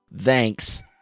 Thanks